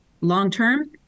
long-term